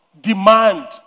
demand